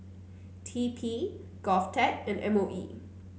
T P Govtech and M O E